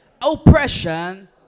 Oppression